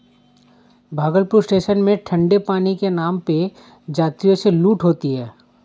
Bhagalpur station में ठंडे पानी के नाम पे यात्रियों से लूट होती है